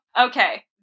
okay